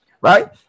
right